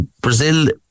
Brazil